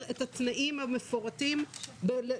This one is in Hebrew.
את התנאים המפורטים בכל אחד מן העיסוקים הללו.